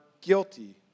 guilty